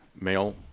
male